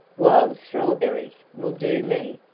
wild strawberries will do me,